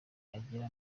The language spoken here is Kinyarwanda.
agira